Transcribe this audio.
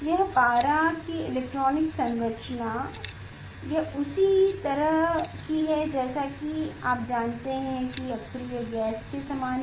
यह पारा की इलेक्ट्रॉनिक संरचना यह उसी तरह की है जैसा कि आप जानते हैं कि अक्रिय गैस के समान है